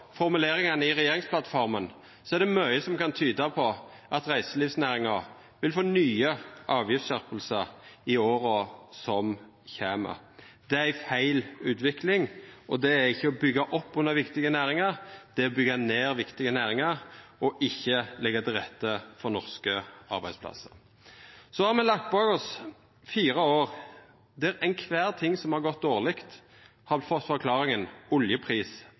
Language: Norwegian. formuleringane i regjeringsplattforma, er det mykje som kan tyda på at reiselivsnæringa vil få nye avgiftsskjerpingar i åra som kjem. Det er ei feil utvikling. Det er ikkje å byggja opp under viktige næringar; det er å byggja ned viktige næringar og ikkje leggja til rette for norske arbeidsplassar. Me har lagt bak oss fire år der kvar ting som har gått dårleg, har